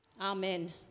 Amen